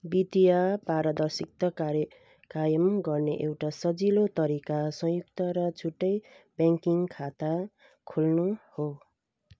वित्तीय पारदर्शिता कार्य कायम गर्ने एउटा सजिलो तरिका संयुक्त र छुट्टै ब्याङ्किङ खाता खोल्नु हो